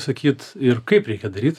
sakyt ir kaip reikia daryt